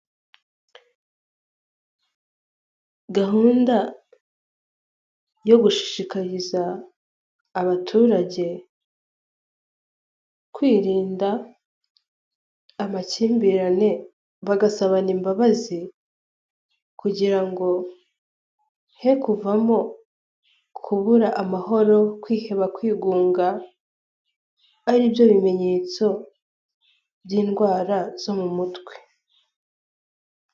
Gahunda yo gushishikariza abaturage kwirinda amakimbirane, bagasabana imbabazi kugira ngo he kuvamo kubura amahoro, kwiheba, kwigunga, ari byo bimenyetso by'indwara zo mu mutwe.